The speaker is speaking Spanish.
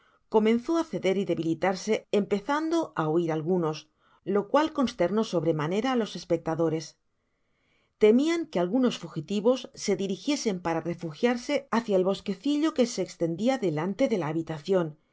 comenzó á ceder y debilitarse empezando á huir algunos lo cual consternó sobremanera á los espectadores temian que algunos fugitivos se dirigiesen para refugiarse hácia el bosquecillo que se eslendia delante de la habitacion